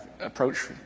approach